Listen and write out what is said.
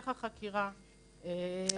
המשך החקירה, ולא לשלוח בחזרה.